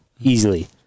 easily